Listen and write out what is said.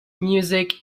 music